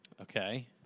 Okay